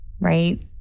right